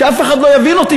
שאף אחד לא יבין אותי,